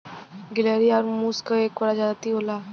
गिलहरी आउर मुस क एक परजाती होला